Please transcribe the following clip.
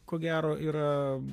ko gero yra